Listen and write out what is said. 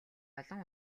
олон